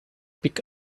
pick